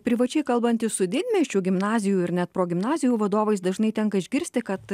privačiai kalbantis su didmiesčių gimnazijų ir net progimnazijų vadovais dažnai tenka išgirsti kad